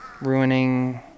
ruining